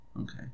okay